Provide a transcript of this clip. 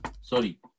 Sorry